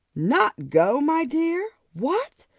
not go, my dear! what!